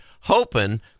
hoping